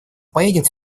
поедет